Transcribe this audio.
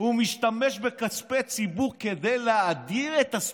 הוא משתמש בכספי ציבור כדי להאדיר את הספין,